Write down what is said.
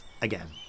again